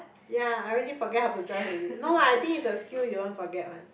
ya I already forget how to drive already no lah I think is a skill you won't forget one